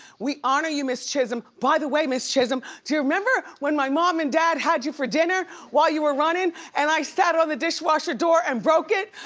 we honor you, ms. chisholm. by the way, ms. chisholm, do you remember when my mom and dad had you for dinner while you were running and i sat on the dishwasher door and broke it?